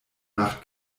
nacht